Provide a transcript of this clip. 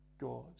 God